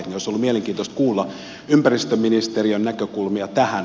olisi ollut mielenkiintoista kuulla ympäristöministeriön näkökulmia tähän